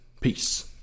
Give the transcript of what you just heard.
Peace